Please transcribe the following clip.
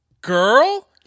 girl